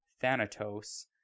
Thanatos